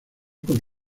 con